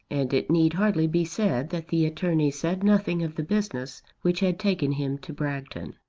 and it need hardly be said that the attorney said nothing of the business which had taken him to bragton.